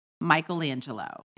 Michelangelo